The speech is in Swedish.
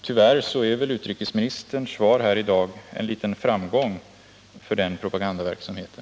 Tyvärr är väl utrikesministerns svar här i dag en liten framgång för den propagandaverksamheten.